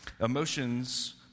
Emotions